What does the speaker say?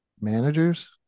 managers